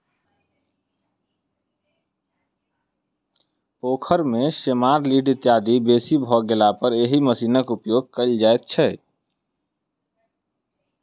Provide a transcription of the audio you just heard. पोखैर मे सेमार, लीढ़ इत्यादि बेसी भ गेलापर एहि मशीनक उपयोग कयल जाइत छै